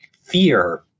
fear